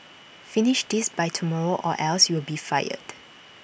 finish this by tomorrow or else you'll be fired